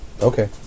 Okay